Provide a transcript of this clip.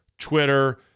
twitter